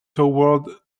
toward